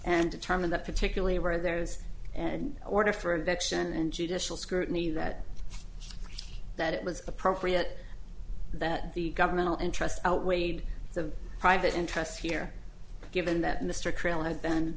and determined that particularly where there is and order for of action and judicial scrutiny that that it was appropriate that the governmental interest outweighed the private interests here given that mr